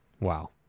Wow